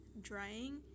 drying